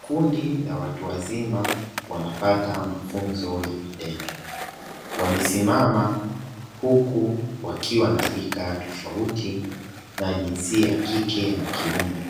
Kundi la watu wazima wanapata mafunzo ya vitendo, wamesimama huku wakiwa na rika tofauti na jinsia ya kike na kiume